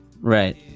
right